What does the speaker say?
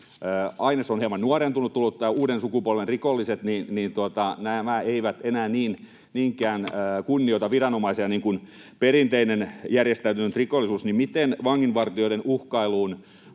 on hieman nuorentunut, on tullut uuden sukupolven rikollisia, niin nämä eivät enää niinkään kunnioita viranomaisia kuin perinteinen järjestäytynyt rikollisuus. Miten vanginvartijoiden uhkailuun